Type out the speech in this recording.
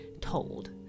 told